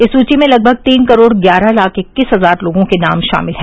इस सूची में लगभग तीन करोड़ ग्यारह लाख इक्कीस हजार लोगों के नाम शामिल हैं